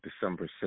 December